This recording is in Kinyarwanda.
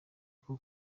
uko